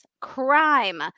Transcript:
crime